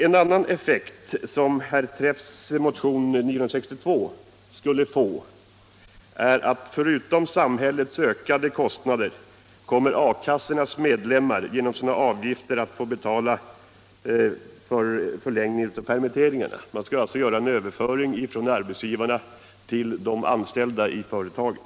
En effekt som herr Träffs motion 962 skulle få är att förutom samhällets ökade kostnader kommer a-kassornas medlemmar genom sina avgifter att få betala kostnaderna för förlängningen av permitteringarna. Man skall alltså göra en överföring från arbetsgivaren till de anställda i företaget.